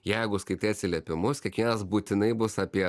jeigu skaitai atsiliepimus kiekvienas būtinai bus apie